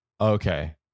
Okay